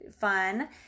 fun